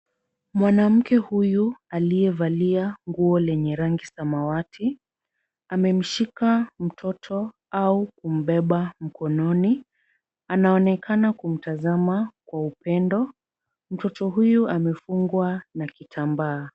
Mwanamke huyu aliyevalia nguo lenye rangi samawati. Amemshika mtoto au kumbeba mkononi. Anaonekana kumtazama kwa upendo. Mtoto huyu amefungwa na kitambaa.